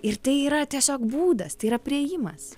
ir tai yra tiesiog būdas tai yra priėjimas